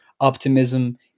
optimism